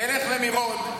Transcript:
לך למירון.